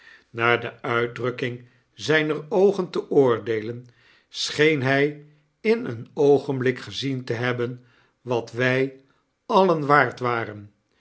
is naarde uitdrukking zijner oogen te oordeelen scheen hij in een oogenbiik gezien te hebben wat wij alien waard waren